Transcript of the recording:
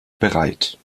bereit